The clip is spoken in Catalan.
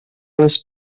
les